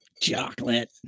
Chocolate